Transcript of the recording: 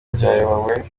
byayobowe